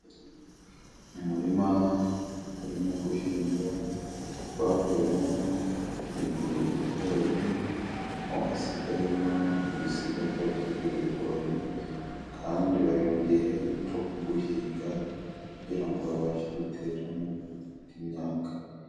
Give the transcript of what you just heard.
Umurima gurimo guhingwa gwavuyemo ibigori aho hasigayemo ibisigazwa by'ibyo bigori, kandi bari mu gihe cyo kuguhinga kugira ngo babashe guteramo indi myaka.